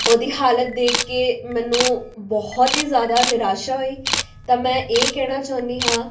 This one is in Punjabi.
ਉਹਦੀ ਹਾਲਤ ਦੇਖ ਕੇ ਮੈਨੂੰ ਬਹੁਤ ਹੀ ਜ਼ਿਆਦਾ ਨਿਰਾਸ਼ਾ ਹੋਈ ਤਾਂ ਮੈਂ ਇਹ ਕਹਿਣਾ ਚਾਹੁੰਦੀ ਹਾਂ